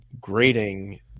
Grading